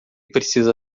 precisa